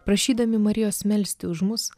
prašydami marijos melsti už mus